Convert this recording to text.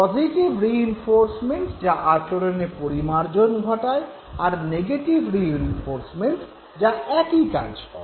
positive reinforcement যা আচরণের পরিমার্জন ঘটায় আর নেগেটিভ রিইনফোর্সমেন্ট যা একই কাজ করে